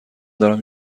دارم